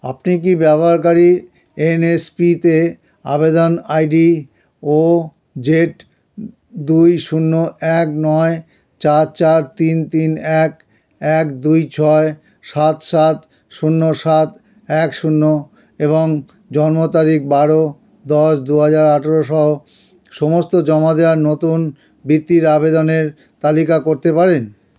আপনি কি ব্যবহারকারী এনএসপি তে আবেদন আইডি ও জেড দুই শূন্য এক নয় চার চার তিন তিন এক এক দুই ছয় সাত সাত শূন্য সাত এক শূন্য এবং জন্ম তারিখ বারো দশ দু হাজার আঠেরো সহ সমস্ত জমা দেওয়ার নতুন বৃত্তির আবেদনের তালিকা করতে পারেন